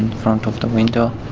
front of the window.